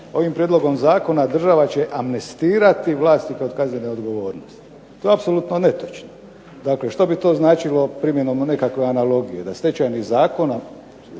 "ovim prijedlogom zakona država će amnestirati vlasnika od kaznene odgovornosti." To je apsolutno netočno. Dakle, što bi to značilo primjenom nekakve analogije? Da stečajni zakon